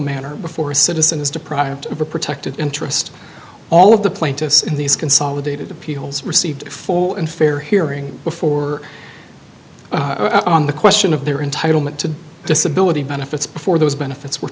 manner before a citizen is deprived of a protected interest all of the plaintiffs in these consolidated appeals received full and fair hearing before on the question of their entitle me to disability benefits before those benefits were